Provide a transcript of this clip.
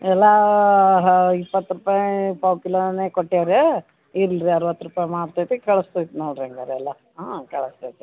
ಎಲ್ಲ ಹಾಂ ಇಪ್ಪತ್ತು ರೂಪಾಯಿ ಪಾವು ಕಿಲೋನೆ ಕೊಟ್ಯಾರೆ ಇಲ್ಲ ರಿ ಅರ್ವತ್ತು ರೂಪಾಯಿ ಮಾಡ್ತೈತಿ ಕಳಸ್ತೈತೆ ನೋಡಿರಿ ಹಂಗಾರೆ ಎಲ್ಲ ಹ್ಞೂ ಕಳಿಸ್ತೈತೆ